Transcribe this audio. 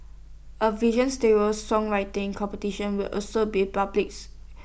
A vision songwriting competition will also be publics